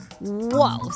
Whoa